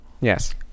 yes